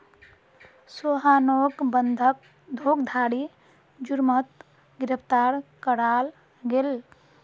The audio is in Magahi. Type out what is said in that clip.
सोहानोक बंधक धोकधारी जुर्मोत गिरफ्तार कराल गेल